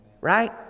Right